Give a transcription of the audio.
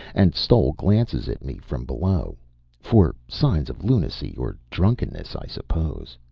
and stole glances at me from below for signs of lunacy or drunkenness, i suppose.